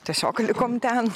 tiesiog likom ten